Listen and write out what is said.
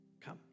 come